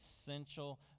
essential